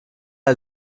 der